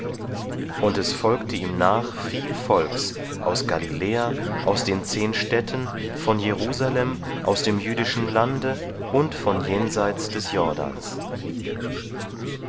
und es folgte ihm nach viel volks aus galiläa aus den zehn städten von jerusalem aus dem jüdischen lande und von jenseits des jordans